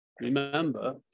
Remember